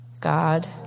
God